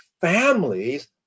Families